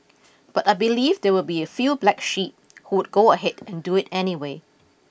but I believe there will be a few black sheep who would go ahead and do it anyway